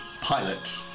pilot